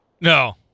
No